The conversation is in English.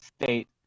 state